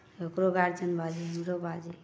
ओकरो गार्जियन बाजय हमरो बाजय